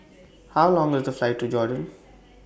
How Long IS The Flight to Jordan